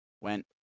Went